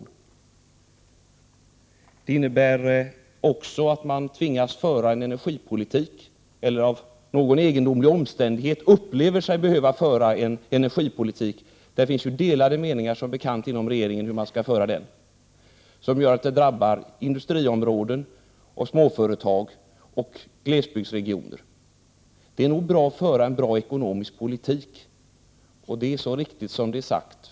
En dålig ekonomisk politik innebär också att man tvingas föra en energipolitik, eller av någon egendomlig omständighet upplever sig behöva föra en energipolitik — det finns som bekant delade meningar inom regeringen hur man skall föra den — som gör att den drabbar industriområden, småföretag och glesbygdsregioner. Det är bra att föra en bra ekonomisk politik — det är så sant som det är sagt.